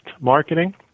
marketing